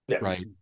right